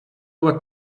what